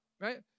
right